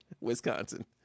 Wisconsin